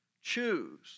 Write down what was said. choose